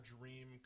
dream